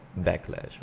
backlash